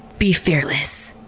be fearless,